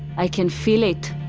i can feel it.